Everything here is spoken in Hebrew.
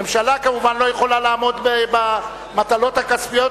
הממשלה כמובן לא יכולה לעמוד במטלות הכספיות,